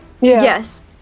Yes